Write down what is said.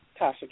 Tasha